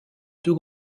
deux